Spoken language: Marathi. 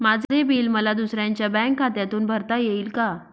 माझे बिल मला दुसऱ्यांच्या बँक खात्यातून भरता येईल का?